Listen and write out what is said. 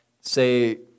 say